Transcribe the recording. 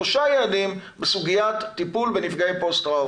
שלושה י עדים בסוגיית טיפול בנפגעי פוסט טראומה.